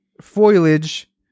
foliage